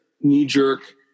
knee-jerk